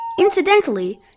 Incidentally